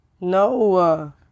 No